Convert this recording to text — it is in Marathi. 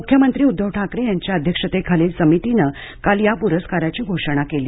मुख्यमंत्री उद्धव ठाकरे यांच्या अध्यक्षतेखालील समितीने काल या पुरस्काराची घोषणा केली